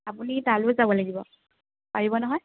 আপুনি তালৈয়ো যাব লাগিব পাৰিব নহয়